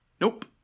Nope